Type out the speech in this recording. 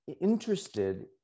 interested